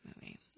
movie